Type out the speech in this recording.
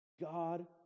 God